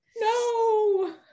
No